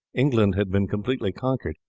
england had been completely conquered,